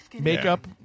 makeup